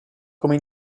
come